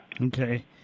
Okay